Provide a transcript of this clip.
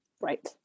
right